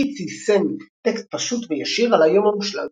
קיטס יישם טקסט פשוט וישיר על "היום המושלג".